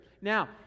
Now